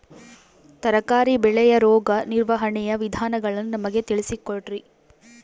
ತರಕಾರಿ ಬೆಳೆಯ ರೋಗ ನಿರ್ವಹಣೆಯ ವಿಧಾನಗಳನ್ನು ನಮಗೆ ತಿಳಿಸಿ ಕೊಡ್ರಿ?